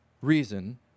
reason